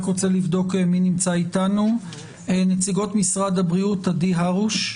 נמצאים איתנו בפתח הדיון חברת הכנסת מיכל רוזין,